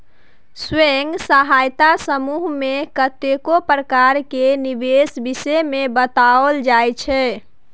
स्वयं सहायता समूह मे कतेको प्रकार केर निबेश विषय मे बताओल जाइ छै